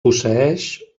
posseeix